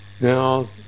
Now